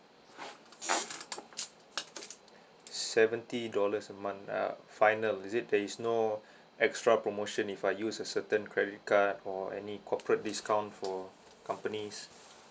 seventy dollars a month ah final is it there is no extra promotion if I use a certain credit card or any corporate discount for companies